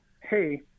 hey